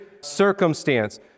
circumstance